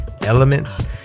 elements